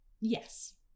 yes